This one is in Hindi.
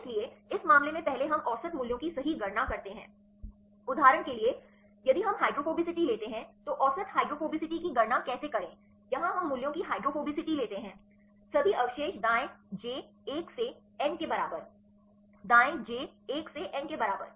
इसलिए इस मामले में पहले हम औसत मूल्य की सही गणना करते हैं उदाहरण के लिए यदि हम हाइड्रोफोबिसिटी लेते हैं तो औसत हाइड्रोफोबैसिटी की गणना कैसे करें यहां हम मूल्यों की हाइड्रोफोबिसिटी लेते हैं सभी अवशेष दाएं j 1 से n के बराबर दाएं j 1 से n के बराबर